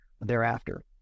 thereafter